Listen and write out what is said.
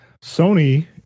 Sony